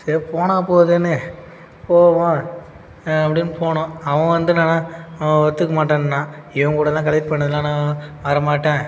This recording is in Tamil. சரி போனால் போகுதேன்னு போவோம் அப்படின்னு போனோம் அவன் வந்து என்னன்னால் அவன் ஒத்துக்க மாட்டேன்னான் இவன்கூடலாம் கலெக்ட் பண்ணலாம் நான் வர மாட்டேன்